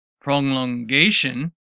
prolongation